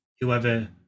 whoever